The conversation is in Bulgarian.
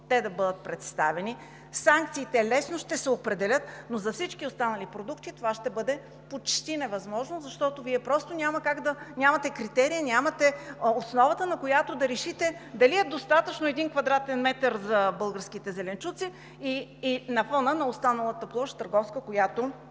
да бъдат представени, санкциите лесно ще се определят, но за всички останали продукти това ще бъде почти невъзможно, защото Вие нямате критерии, нямате основата, на която да решите дали е достатъчен един квадратен метър за българските зеленчуци на фона на останалата търговска площ, която